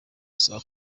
saa